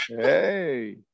Hey